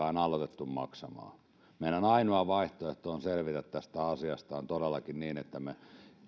on aloitettu maksamaan meidän ainoa vaihtoehto selvitä tästä asiasta on todellakin niin